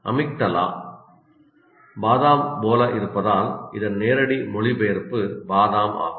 amygdala பாதாம் போல இருப்பதால் இதன் நேரடி மொழிபெயர்ப்பு பாதாம் ஆகும்